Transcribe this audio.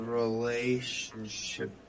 relationship